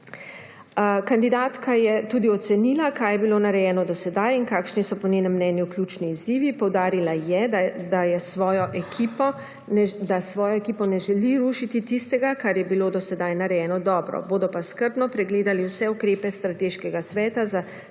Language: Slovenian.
Kandidatka je tudi ocenila, kaj je bilo narejeno do sedaj in kakšni so po njenem mnenju ključni izzivi. Poudarila je, da s svojo ekipo ne želi rušiti tistega, kar je bilo do sedaj narejeno dobro, bodo pa skrbno pregledali vse ukrepe Strateškega sveta za